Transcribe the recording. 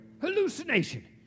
hallucination